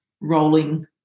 rolling